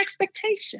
expectation